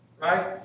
right